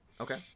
okay